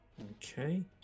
okay